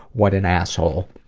what an asshole.